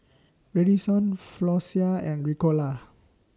Redoxon Floxia and Ricola